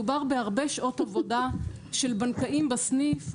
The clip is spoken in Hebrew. מדובר בהרבה שעות עבודה של בנקאים בסניף,